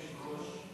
אדוני היושב-ראש,